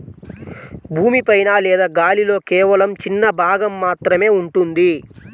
భూమి పైన లేదా గాలిలో కేవలం చిన్న భాగం మాత్రమే ఉంటుంది